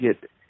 get